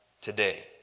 today